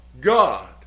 God